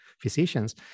physicians